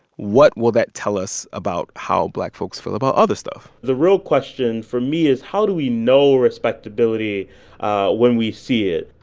what will that tell us about how black folks feel about other stuff? the real question for me is how do we know respectability when we see it?